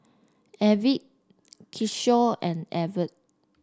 Arvind Kishore and Arvind